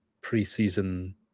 pre-season